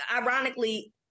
ironically